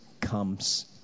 comes